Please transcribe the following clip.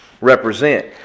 represent